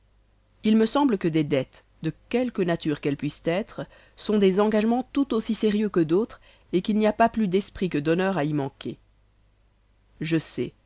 il me semble que des dettes de quelque nature qu'elles puissent être sont des engagemens tout aussi sérieux que d'autres et qu'il n'y a pas plus d'esprit que d'honneur à y manquer je sais